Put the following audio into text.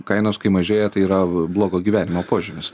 kainos kai mažėja tai yra blogo gyvenimo požymis